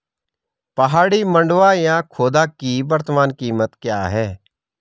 पहाड़ी मंडुवा या खोदा की वर्तमान कीमत क्या है?